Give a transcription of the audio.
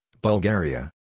Bulgaria